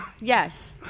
yes